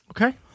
Okay